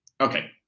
Okay